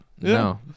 No